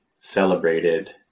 celebrated